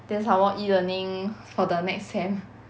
then some more e-learning for the next sem